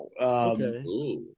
Okay